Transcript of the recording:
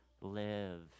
live